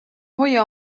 hoia